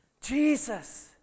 Jesus